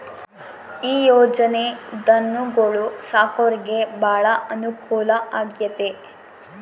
ಈ ಯೊಜನೆ ಧನುಗೊಳು ಸಾಕೊರಿಗೆ ಬಾಳ ಅನುಕೂಲ ಆಗ್ಯತೆ